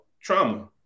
trauma